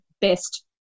best